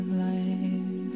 life